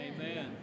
Amen